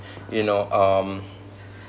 you know um